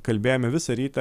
kalbėjome visą rytą